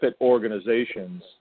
organizations